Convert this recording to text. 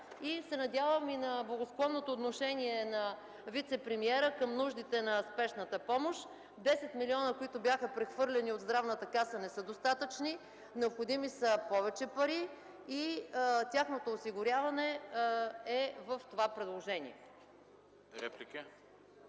Надявам се и на благосклонното отношение на вицепремиера към нуждите на Спешната помощ. Десет милиона, които бяха прехвърлени от Здравната каса, не са достатъчни. Необходими са повече пари и тяхното осигуряване е в това предложение.